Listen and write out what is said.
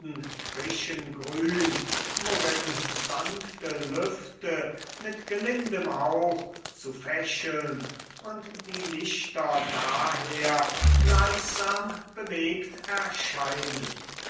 frischen grün worin sanfte lüfte mit gelindem hauch zu fächeln und die lichter daher gleichsam bewegt erscheinen